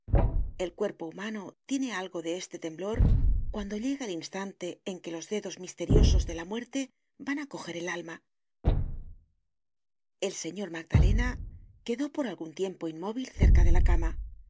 el cuerpo humano tiene algo de este temblor cuando llega el instante en que los dedos misteriosos de la muerte van á coger el alma el señor magdalena quedó por algun tiempo inmóvil cerca de la cama